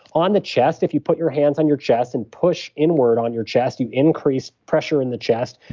on the chest, if you put your hands on your chest and push inward on your chest, you increase pressure in the chest,